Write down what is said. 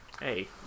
hey